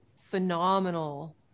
phenomenal